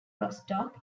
rostock